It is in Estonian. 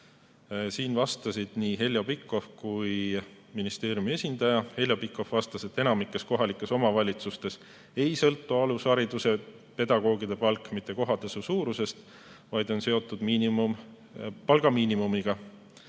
Siin vastasid nii Heljo Pikhof kui ka ministeeriumi esindaja. Heljo Pikhof vastas, et enamikus kohalikes omavalitsustes ei sõltu alushariduse pedagoogide palk mitte kohatasu suurusest, vaid on seotud palgamiinimumiga.